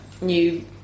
new